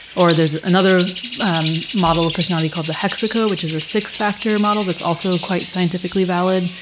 or there's another um model of personality called the hexaco, which is a six-factor model that's also quite scientifically valid.